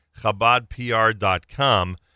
ChabadPR.com